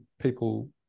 people